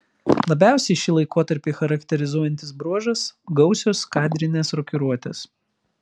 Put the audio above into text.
labiausiai šį laikotarpį charakterizuojantis bruožas gausios kadrinės rokiruotės